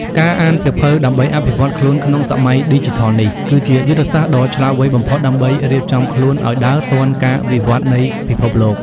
ការអានសៀវភៅដើម្បីអភិវឌ្ឍខ្លួនក្នុងសម័យឌីជីថលនេះ គឺជាយុទ្ធសាស្ត្រដ៏ឆ្លាតវៃបំផុតដើម្បីរៀបចំខ្លួនឱ្យដើរទាន់ការវិវឌ្ឍនៃពិភពលោក។